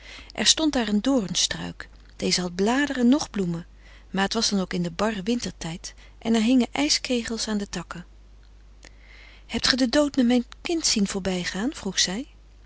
er stond daar een doornstruik deze had bladeren noch bloemen maar het was dan ook in den barren wintertijd en er hingen ijskegels aan de takken hebt ge den dood met mijn kind zien voorbijgaan vroeg zij